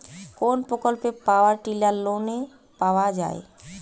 কোন প্রকল্পে power tiller লোনে পাওয়া য়ায়?